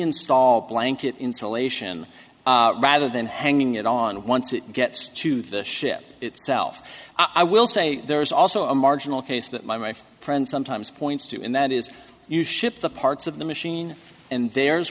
install blanket insulation rather than hanging it on once it gets to the ship itself i will say there is also a marginal case that my friend sometimes points to and that is you ship the parts of the machine and there